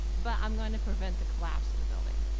but i'm going to prevent the collapse of the building.